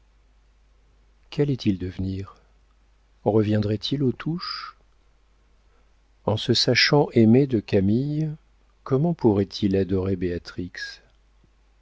qu'allait-il devenir reviendrait-il aux touches en se sachant aimé de camille comment pourrait-il y adorer